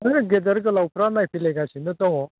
ओइ गेदेर गोलावफ्रा नायफैलायगासिनो दङ